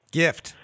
gift